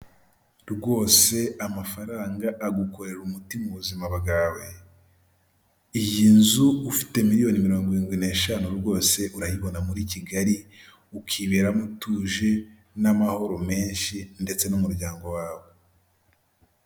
Rwose amafaranga agukorera umuti mu buzima bwawe. Iyi nzu, ufite miliyoni mirongo irindwi n'eshanu rwose, urayibona muri Kigali, ukiberamo utuje, n'amahoro menshi, ndetse n'umuryango wawe.